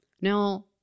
Now